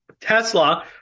Tesla